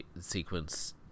sequence